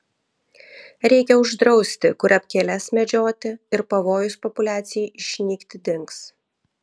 reikia uždrausti kurapkėles medžioti ir pavojus populiacijai išnykti dings